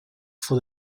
for